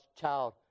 child